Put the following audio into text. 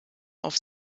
auf